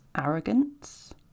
arrogance